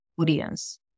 Audience